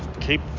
keep